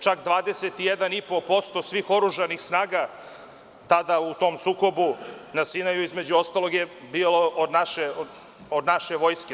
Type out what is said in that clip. Čak 21,5% svih oružanih snaga tada u tom sukobu na Sinaju, između ostalog je bilo od naše vojske.